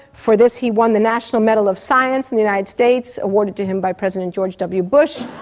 for this he won the national medal of science in the united states, awarded to him by president george w. bush,